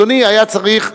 אדוני היה צריך,